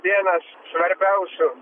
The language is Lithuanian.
vienas svarbiausių